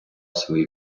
свої